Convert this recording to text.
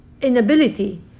inability